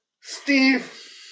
Steve